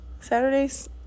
saturdays